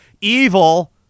evil